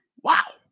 Wow